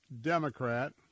Democrat